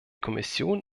kommission